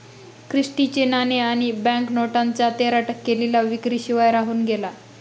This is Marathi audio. क्रिस्टी चे नाणे आणि बँक नोटांचा तेरा टक्के लिलाव विक्री शिवाय राहून गेला